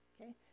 okay